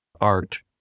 art